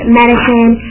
medicine